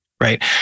Right